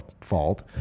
fault